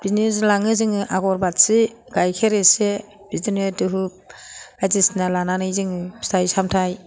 बिदिनो लाङो जोङो आगर बाथि गाइखेर एसे बिदिनो धुप बायदिसिना लानानै जोङो फिथाइ सामथाइ